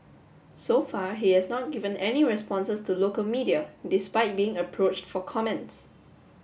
so far he has not given any responses to local media despite being approached for comments